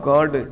God